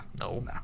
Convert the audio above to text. No